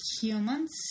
humans